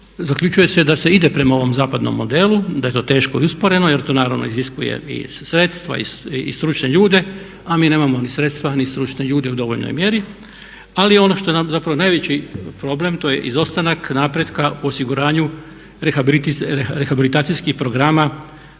zaključuje se da se ide prema ovom zapadnom modelu, da je to teško i usporeno jer to naravno iziskuje i sredstva i stručne ljude, a mi nemamo ni sredstva ni stručne ljude u dovoljnoj mjeri. Ali ono što nam je zapravo najveći problem to je izostanak napretka u osiguranju rehabilitacijskih programa